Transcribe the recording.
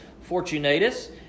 Fortunatus